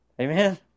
Amen